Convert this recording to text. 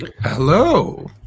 Hello